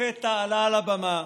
לפתע עלה לבמה